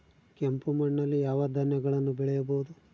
ಕೆಂಪು ಮಣ್ಣಲ್ಲಿ ಯಾವ ಧಾನ್ಯಗಳನ್ನು ಬೆಳೆಯಬಹುದು?